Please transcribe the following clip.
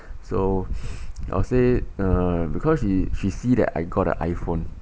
so I'll say uh because she she see that I got the I_phone